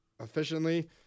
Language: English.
efficiently